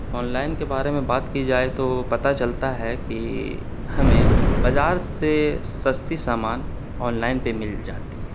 online کے بارے میں بات کی جائے تو پتا چلتا ہے کہ ہمیں بازار سے سستی سامان آنلائن پہ مل جاتی ہے